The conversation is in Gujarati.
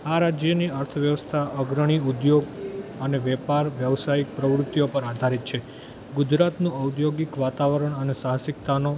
આ રાજ્યની અર્થ વ્યવસ્થા અગ્રણી ઉધ્યોગ અને વેપાર વ્યસાયીક પ્રવૃતિઓ પર આધારિત છે ગુજરાતનો ઔધ્યોગિક વાતાવરણ અને સાહસિકતાનો